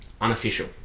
unofficial